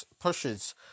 pushes